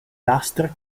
lastre